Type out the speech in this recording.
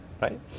right